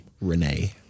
Renee